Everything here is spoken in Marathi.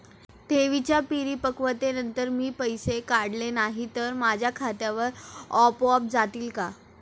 ठेवींच्या परिपक्वतेनंतर मी पैसे काढले नाही तर ते माझ्या खात्यावर आपोआप जातील का?